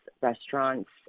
restaurants